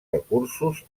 recursos